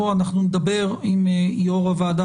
אנחנו נדבר עם יו"ר הוועדה,